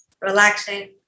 relaxing